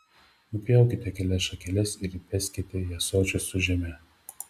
nupjaukite kelias šakeles ir įbeskite į ąsočius su žeme